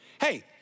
Hey